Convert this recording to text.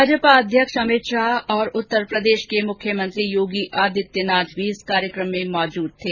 भाजपा अध्यक्ष अमित शाह और उत्तरप्रदेश के मुख्यमंत्री योगी आदित्यनाथ भी इस कार्यक्रम में मौजूद थे